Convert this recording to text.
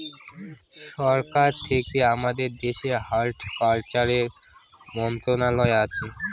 সরকার থেকে আমাদের দেশের হর্টিকালচারের মন্ত্রণালয় আছে